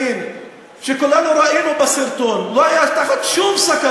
אתה טועה.